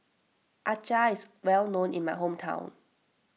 Acar is well known in my hometown